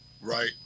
Right